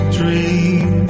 dream